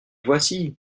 voici